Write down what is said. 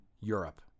Europe